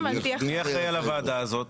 על פי --- מי אחראי על הוועדה הזאת?